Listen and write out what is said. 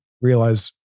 realize